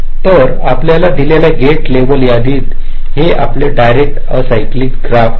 तर आपल्या दिलेल्या गेट लेव्हल यादीचे हे आपले डिरेक्टड अॅसायक्लिक ग्राफ आहे